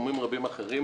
בתחומים רבים אחרים.